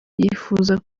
yifuza